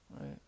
Right